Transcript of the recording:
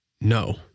no